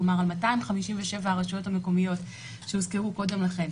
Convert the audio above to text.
כלומר על 257 הרשויות המקומיות שהוזכרו קודם לכן,